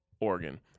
Oregon